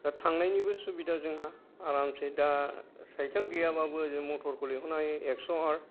दा थांनायनिबो सुबिदा जोंहा आरामसे दा साइकेल गैयाबाबो ओरै मटर लेंहरनो हायो एक श' आथ